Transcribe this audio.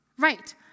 Right